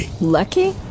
Lucky